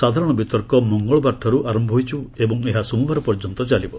ସାଧାରଣ ବିତର୍କ ମଙ୍ଗଳବାରଠାର୍ଚ ଆରମ୍ଭ ହୋଇଛି ଓ ଏହା ସୋମବାର ପର୍ଯ୍ୟନ୍ତ ଚାଲିବ